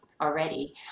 already